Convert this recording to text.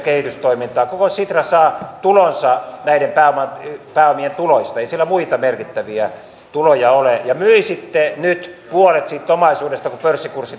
koko sitra saa tulonsa näiden pääomien tuloista ei siellä muita merkittäviä tuloja ole ja myi nyt puolet siitä omaisuudesta kun pörssikurssit ovat alhaalla